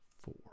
four